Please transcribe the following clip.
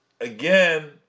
again